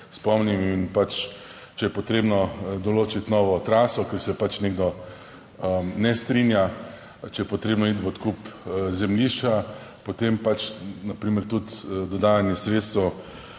spomnim in, če je potrebno določiti novo traso, ker se pač nekdo ne strinja, če je potrebno iti v odkup zemljišča, potem na primer tudi dodajanje sredstev